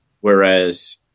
whereas